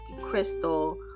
crystal